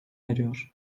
eriyor